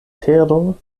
tero